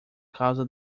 causa